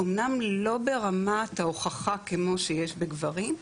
אמנם לא ברמת ההוכחה כמו שיש בגברים,